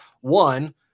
one